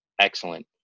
excellent